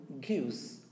gives